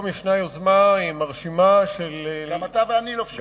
גם אתה ואני לובשים חולצות לבנות.